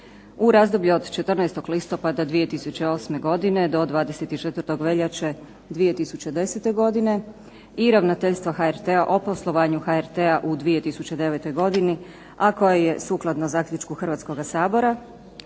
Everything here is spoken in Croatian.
u razdoblju od 14. listopada 2008. godine do 24. veljače 2010. godine i Ravnateljstva HRT-a o poslovanju HRT-a u 2009. godini a koja je sukladno zaključku Hrvatskoga sabora